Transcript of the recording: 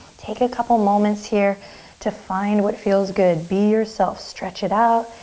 take a couple moments here to find what feels good. be yourself. stretch it out.